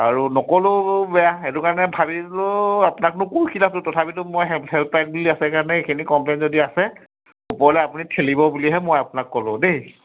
আৰু নক'লেও বেয়া সেইটো কাৰণে ভাবিছিলোঁ আপোনাকনো ক'ৰ চিনাকি তথাপিতো মই হেল্প হেল্পলাইন বুলি আছে কাৰণে এইখিনি কমপ্লেইন যদি আছে ওপৰলৈ আপুনি ঠেলিব বুলিহে মই আপোনাক ক'লোঁ দেই